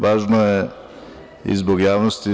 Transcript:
Važno je i zbog javnosti.